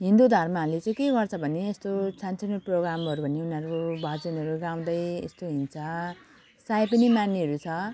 हिन्दू धर्महरूले चाहिँ के गर्छ भने यस्तो सानसानो प्रोग्रामहरू भने यिनीहरू भजनहरू गाउँदै यस्तो हिँड्छ चाड पनि मान्नेहरू छ